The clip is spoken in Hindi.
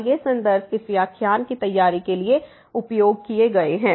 और ये संदर्भ इस व्याख्यान की तैयारी के लिए उपयोग किए गए हैं